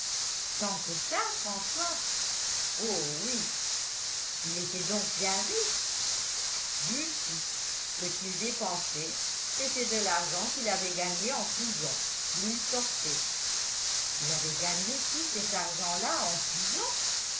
tant que ça françois oh oui il était donc bien riche du tout ce qu'il dépensait c'était de l'argent qu'il avait gagné en prison d'où il sortait il avait gagné tout cet argent-là en prison